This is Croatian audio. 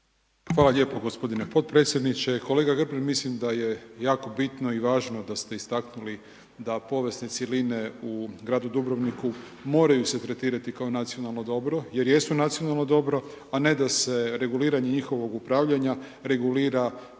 Hvala lijepo gospodine potpredsjedniče. Kolega Grbin, mislim da je jako bitno i važno da ste istaknuli da povijesne cjeline u gradu Dubrovniku, moraju se t tretirati kao nacionalno dobro, jer jesu nacionalno dobro, a ne da se reguliranje njihovog upravljanja, regulira